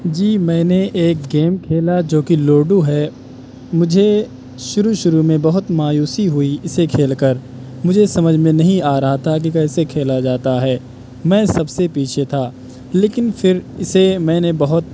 جی میں نے ایک گیم کھیلا جو کہ لوڈو ہے مجھے شروع شروع میں بہت مایوسی ہوئی اسے کھیل کر مجھے سمجھ میں نہیں آ رہا تھا کہ کیسے کھیلا جاتا ہے میں سب سے پیچھے تھا لیکن پھر اسے میں نے بہت